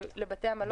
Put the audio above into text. לבתי המלון הקטנים.